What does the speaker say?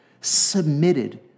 submitted